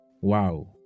Wow